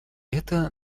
это